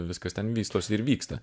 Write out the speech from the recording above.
viskas ten vystos ir vyksta